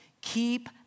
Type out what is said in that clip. keep